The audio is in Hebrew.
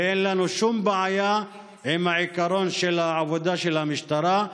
ואין לנו שום בעיה עם העיקרון של העבודה של המשטרה,